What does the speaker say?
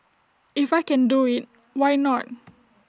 if I can do IT why not